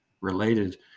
related